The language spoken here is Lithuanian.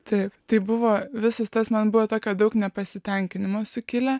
taip tai buvo visas tas man buvo ta kad daug nepasitenkinimo sukilę